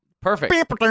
Perfect